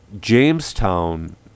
Jamestown